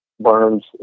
Burns